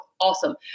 awesome